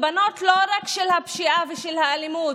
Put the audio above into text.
ולא רק של הפשיעה ושל האלימות,